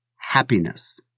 happiness